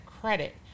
credit